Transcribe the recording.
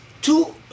two